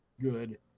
good